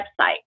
website